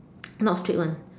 not straight [one]